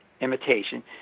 imitation